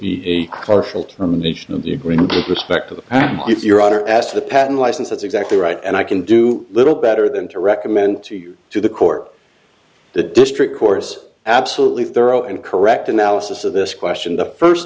power your honor as to the patent license that's exactly right and i can do little better than to recommend to you to the court the district course absolutely thorough and correct analysis of this question the first